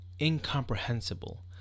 incomprehensible